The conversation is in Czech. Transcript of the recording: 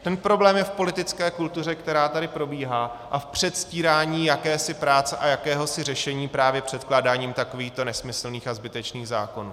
Ten problém je v politické kultuře, která tady probíhá, a v předstírání jakési práce a jakéhosi řešení právě předkládáním takovýchto nesmyslných a zbytečných zákonů.